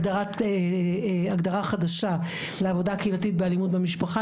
עם הגדרה חדשה לעבודה קהילתית לאלימות במשפחה.